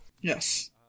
yes